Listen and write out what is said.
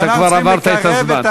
אתה כבר עברת את הזמן.